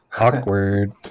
Awkward